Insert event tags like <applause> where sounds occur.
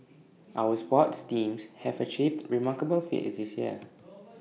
our sports teams have achieved remarkable feats this year <noise>